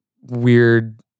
weird